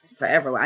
forever